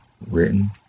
written